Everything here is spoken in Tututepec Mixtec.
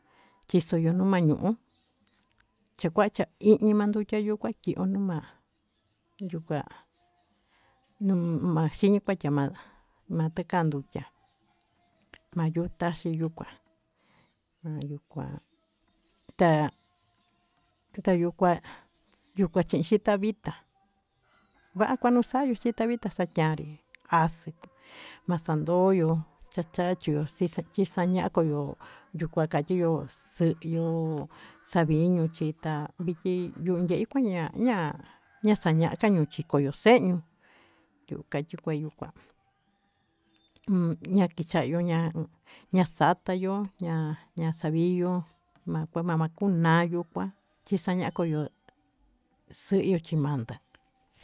Xhixoyo nuu ma'a ñuu, chikuachia iñima yukan chió, onuu ma'a yuu ka'a nuu kua chinima yamandá makan ndukiá mayuu taxhii yuu kuá, mayukua ta tayukua yuu kuan xhin xi tavitá va'a kua nuu xayió xii tavitá xañanrí axii maxandoyó chaxaxió chichanakió yuu kuá kandióx xuu yió xaviño chí tavii yuyen kuá ña'a ña'a naxañaka kuu chikoyó xeñuu kuña yikua yuu kuá yakixayuu ña'a, ñaxatayo na'a xaviyó ma'a makunayu kuá xana'a kuyo xeyuu chimandá.